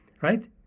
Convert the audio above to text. Right